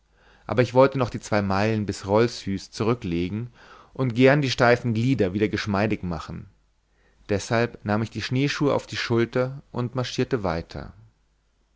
aber ich wollte noch die zwei meilen bis rolfshus zurücklegen und gern die steifen glieder wieder geschmeidig machen deshalb nahm ich die schneeschuhe auf die schulter und marschierte weiter